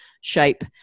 shape